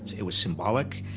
it was symbolic.